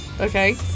Okay